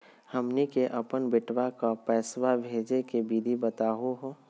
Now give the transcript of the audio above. हमनी के अपन बेटवा क पैसवा भेजै के विधि बताहु हो?